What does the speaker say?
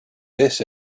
this